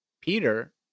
Peter